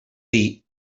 dir